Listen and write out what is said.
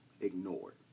ignored